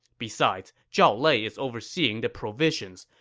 besides, zhao lei is overseeing the provisions,